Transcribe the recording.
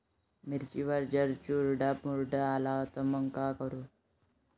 मिर्चीवर जर चुर्डा मुर्डा रोग आला त मंग का करू?